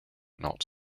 not